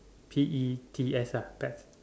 P E T S ah pets